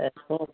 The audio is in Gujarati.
એમ કહું